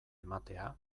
ematea